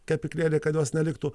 kepyklėlėj kad jos neliktų